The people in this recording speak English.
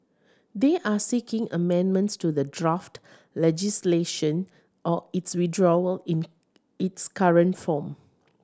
they are seeking amendments to the draft legislation or its withdrawal in its current form